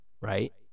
Right